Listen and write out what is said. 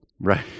Right